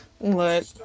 look